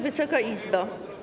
Wysoka Izbo!